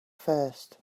first